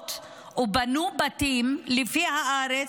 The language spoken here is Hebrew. משכנתאות ובנו בתים שלא כחוק, לפי הארץ.